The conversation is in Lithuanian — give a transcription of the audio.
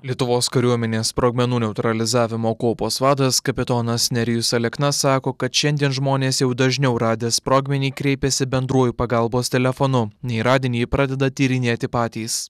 lietuvos kariuomenės sprogmenų neutralizavimo kuopos vadas kapitonas nerijus alekna sako kad šiandien žmonės jau dažniau radę sprogmenį kreipiasi bendruoju pagalbos telefonu nei radinį pradeda tyrinėti patys